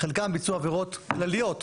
חלקם ביצוע עבירות כלליות,